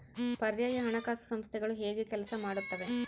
ಪರ್ಯಾಯ ಹಣಕಾಸು ಸಂಸ್ಥೆಗಳು ಹೇಗೆ ಕೆಲಸ ಮಾಡುತ್ತವೆ?